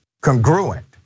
congruent